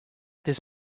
this